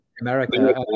america